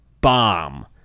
bomb